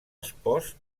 espòs